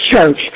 church